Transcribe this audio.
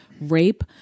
rape